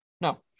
No